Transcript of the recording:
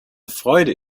freude